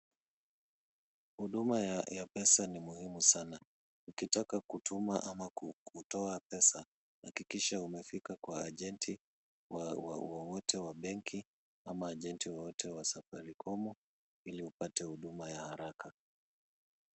Huduma ya Mpesa ni muhimu sana. Ukitaka kutuma ama kutoa pesa hakikisha umefika kwa ajenti wowote wa benki ama ajenti wowote wa Safaricom ili upate huduma ya haraka.